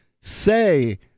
say